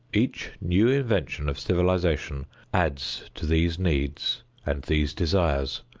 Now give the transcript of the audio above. each new invention of civilization adds to these needs and these desires,